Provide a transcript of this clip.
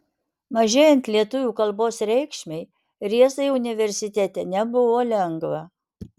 mažėjant lietuvių kalbos reikšmei rėzai universitete nebuvo lengva